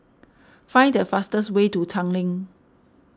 find the fastest way to Tanglin